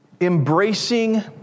embracing